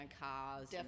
cars